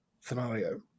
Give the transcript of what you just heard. scenario